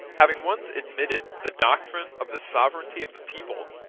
having once admitted the doctrine of the sovereignty of the people,